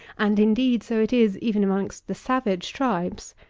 and, indeed, so it is even amongst the savage tribes.